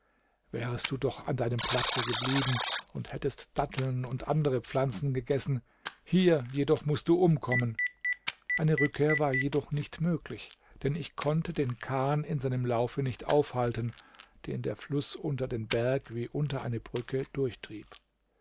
wärest du doch an deinem platze geblieben und hättest datteln und andere pflanzen gegessen hier jedoch mußt du umkommen eine rückkehr war jedoch nicht möglich denn ich konnte den kahn in seinem laufe nicht aufhalten den der fluß unter den berg wie unter eine brücke durchtrieb